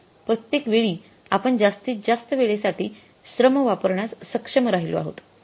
प्रत्येकवेळी आपण जास्तीत जास्त वेळेसाठी श्रम वापरण्यास सक्षम राहिलो आहोत